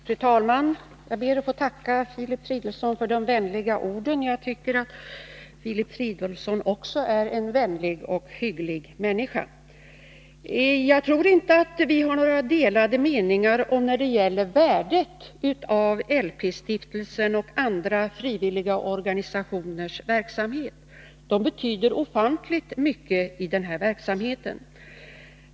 Fru talman! Jag ber att få tacka Filip Fridolfsson för de vänliga orden. Jag tycker att Filip Fridolfsson också är en vänlig och hygglig människa. Jag tror inte att vi har några delade meningar när det gäller värdet av LP-stiftelsens och andra frivilliga organisationers verksamhet. De betyder ofantligt mycket i detta sammanhang.